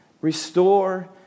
restore